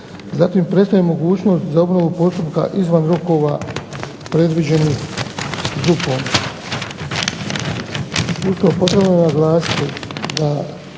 Zatim, prestaje mogućnost za obnovu postupka izvan rokova predviđenih ZUP-om